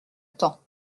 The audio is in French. temps